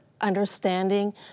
understanding